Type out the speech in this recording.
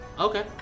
okay